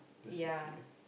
ya